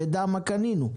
תדע מה קנינו.